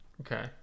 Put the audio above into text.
Okay